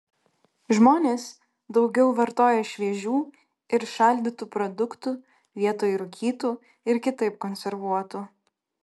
žmonės daugiau vartoja šviežių ir šaldytų produktų vietoj rūkytų ir kitaip konservuotų